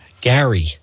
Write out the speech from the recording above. Gary